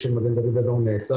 אולי נעלה